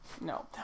No